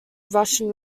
russian